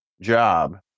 job